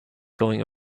going